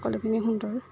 সকলোখিনি সুন্দৰ